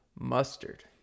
Mustard